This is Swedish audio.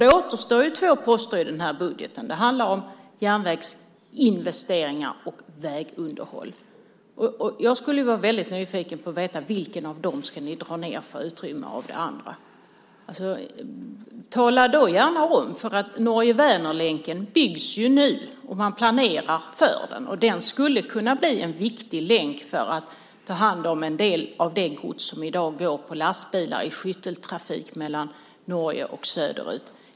Då återstår två poster i den här budgeten, och det handlar om järnvägsinvesteringar och vägunderhåll. Jag är väldigt nyfiken på att få veta: Vilken av dem ska ni dra ned på för att få utrymme för den andra? Tala gärna om det. Norge-Vänerlänken byggs ju nu, och man planerar för den. Den skulle kunna bli en viktig länk för att ta hand om en del av det gods som i dag går på lastbilar i skytteltrafik mellan Norge och länder söderut.